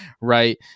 right